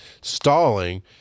stalling